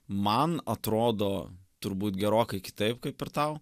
man atrodo turbūt gerokai kitaip kaip ir tau